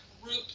group